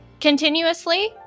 continuously